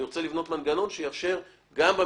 אני רוצה במקרים האלה